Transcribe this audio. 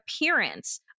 appearance